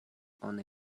oni